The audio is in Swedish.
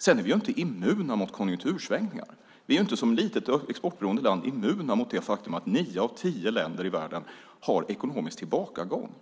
Sedan är vi inte immuna mot konjunktursvängningar. Vi är inte som litet, exportberoende land immuna mot det faktum att nio av tio länder i världen har en ekonomisk tillbakagång.